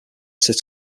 sit